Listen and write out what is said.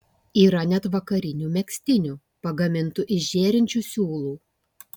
yra net vakarinių megztinių pagamintų iš žėrinčių siūlų